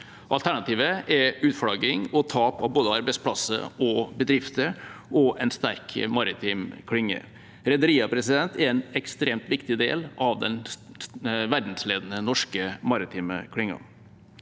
Alternativet er utflagging og tap av både arbeidsplasser og bedrifter og en sterk maritim klynge. Rederiene er en ekstremt viktig del av den verdensledende norske maritime klyngen.